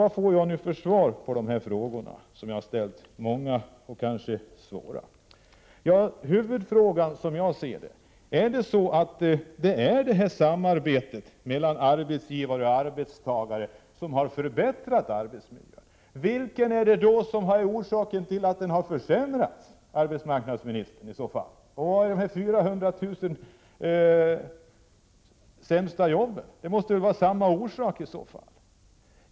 Vad får jag då för svar på de många och kanske svåra frågor jag har ställt? Huvudpunkten är som jag ser det: Har samarbetet mellan arbetsgivare och arbetstagare förbättrat arbetsmiljön? Vilken är i så fall orsaken till att arbetsmiljön nu har försämrats, arbetsmarknadsministern — jag tänker då på de 400 000 sämsta arbetsmiljöerna? Det måste väl vara samma orsak till det.